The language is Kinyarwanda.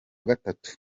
gatatu